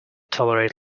tolerate